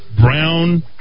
brown